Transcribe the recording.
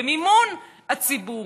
במימון הציבור.